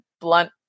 blunt